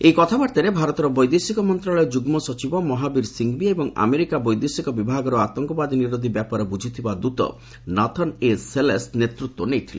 ଏହି କଥାବାର୍ତ୍ତାରେ ଭାରତର ବୈଦେଶିକ ମନ୍ତ୍ରଣାଳୟ ଯ୍ରଗୁ ସଚିବ ମହାବୀର ସିଙ୍ଗ୍ଭି ଏବଂ ଆମେରିକା ବୈଦେଶିକ ବିଭାଗର ଆତଙ୍କବାଦ ନିରୋଧି ବ୍ୟାପାର ବୁଝୁଥିବା ଦୃତ ନାଥନ୍ ଏ ସେଲେସ୍ ନେତୃତ୍ୱ ନେଇଥିଲେ